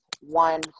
one